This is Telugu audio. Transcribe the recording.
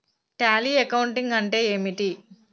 టాలీ అకౌంటింగ్ అంటే ఏమిటి?